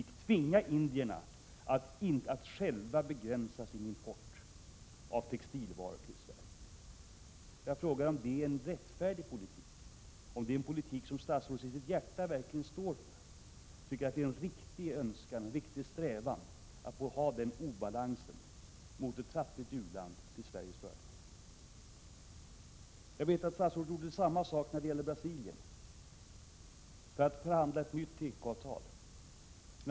Man vill tvinga indierna att själva begränsa sin export av textilvaror till Sverige. Jag frågar om det är en rättfärdig politik, om det är en politik som statsrådet i sitt hjärta verkligen står för. Tycker statsrådet att det är en riktig önskan och strävan att behålla denna obalans till Sveriges fördel mot ett fattigt u-land? Statsrådet gjorde samma sak när det gäller Brasilien i syfte att förhandla fram ett nytt tekoavtal med det landet.